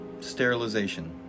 sterilization